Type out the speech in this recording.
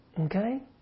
Okay